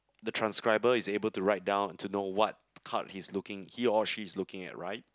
the transcriber is able to write down to know what card he's looking he or she is looking at